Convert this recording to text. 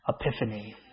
epiphany